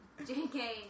Jk